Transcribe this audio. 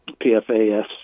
PFAS